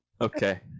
Okay